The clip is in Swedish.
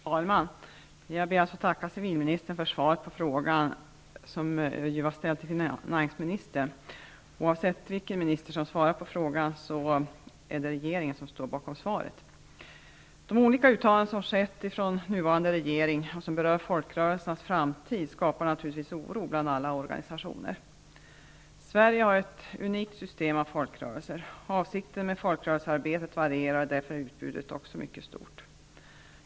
Fru talman! Jag ber att få tacka civilministern för svaret på frågan som ju var ställd till finansministern. Regeringen står bakom svaret oavsett vilken minister som svarar på frågan. De olika uttalande som skett från den nuvarande regeringen och som berör folkrörelsernas framtid skapar naturligtvis oro i alla organisationer. Sverige har ett unikt system av folkrörelser. Avsikten med folkrörelsearbetet varierar, och därför är utbudet också mycket stort.